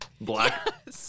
Black